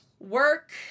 work